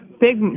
Big